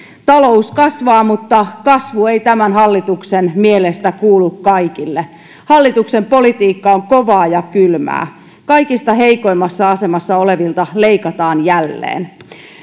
talous kasvaa mutta kasvu ei tämän hallituksen mielestä kuulu kaikille hallituksen politiikka on kovaa ja kylmää kaikista heikoimmassa asemassa olevilta leikataan jälleen